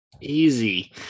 easy